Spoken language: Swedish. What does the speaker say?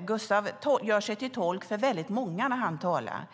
Gustav gör sig till tolk för väldigt många när han talar.